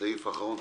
פה אחד.